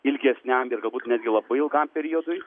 ilgesniam ir galbūt netgi labai ilgam periodui